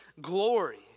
glory